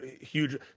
huge